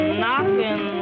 knocking